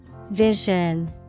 Vision